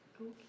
okay